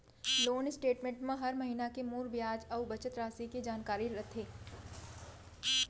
loan statement म हर महिना के मूर बियाज अउ बचत रासि के जानकारी रथे